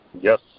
Yes